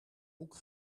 boek